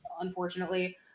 unfortunately